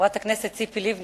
חברת הכנסת ציפי לבני,